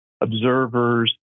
observers